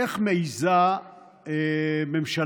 איך מעיזה ממשלה